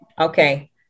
Okay